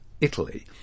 Italy